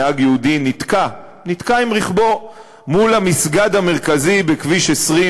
כאשר נהג יהודי נתקע עם רכבו מול המסגד המרכזי בכביש 20,